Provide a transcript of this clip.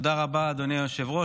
תודה רבה, אדוני היושב-ראש.